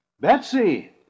betsy